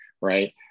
right